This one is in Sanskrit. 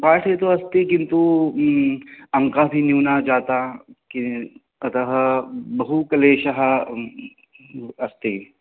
पाठे तु अस्ति किन्तु अङ्कः अपि न्यूना जाता कि अतः बहुक्लेशः अस्ति